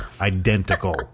identical